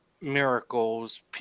miracles